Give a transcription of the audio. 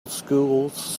schools